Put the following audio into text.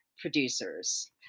Producers